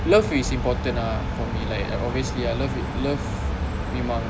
love is important ah for me like obviously love love memang